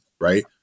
right